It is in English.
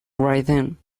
written